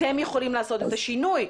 אתם יכולים לעשות את השינוי.